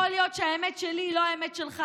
יכול להיות שהאמת שלי היא לא האמת שלך